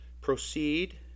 proceed